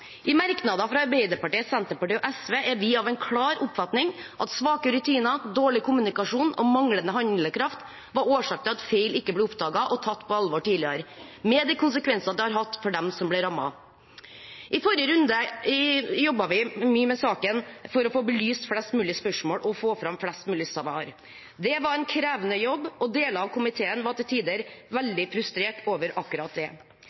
I merknader fra Arbeiderpartiet, Senterpartiet og SV er vi av den klare oppfatning at svake rutiner, dårlig kommunikasjon og manglende handlekraft var årsaker til at feil ikke ble oppdaget og tatt på alvor tidligere, med de konsekvenser det har hatt for dem som ble rammet. I forrige runde jobbet vi mye med saken for å få belyst flest mulig spørsmål og få fram flest mulig svar. Det var en krevende jobb, og deler av komiteen var til tider veldig frustrert over akkurat det.